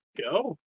go